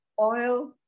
oil